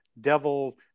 devil